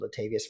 Latavius